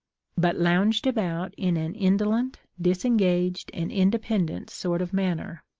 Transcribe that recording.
but lounged about in an indolent, disengaged, and independent sort of manner,